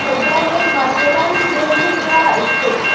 सद्द्या रेट मार्केटान दोनशे रुपया हां एक ल्पेट